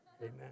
Amen